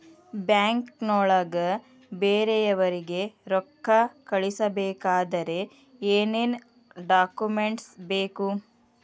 ಬ್ಯಾಂಕ್ನೊಳಗ ಬೇರೆಯವರಿಗೆ ರೊಕ್ಕ ಕಳಿಸಬೇಕಾದರೆ ಏನೇನ್ ಡಾಕುಮೆಂಟ್ಸ್ ಬೇಕು?